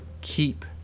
keep